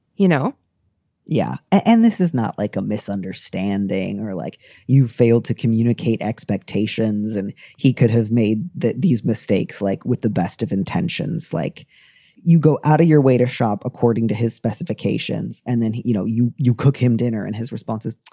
you know yeah. and this is not like a misunderstanding or like you failed to communicate expectations. and he could have made these mistakes, like with the best of intentions. like you go out of your way to shop according to his specifications and then, you know, you you cook him dinner and his response is,